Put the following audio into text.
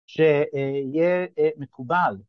שיהיה מקובל